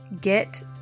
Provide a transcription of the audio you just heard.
get